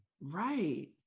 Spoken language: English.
Right